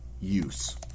use